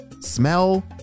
smell